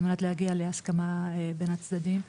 על מנת להגיע להסכמה בין הצדדים,